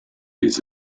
les